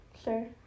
Sure